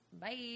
Bye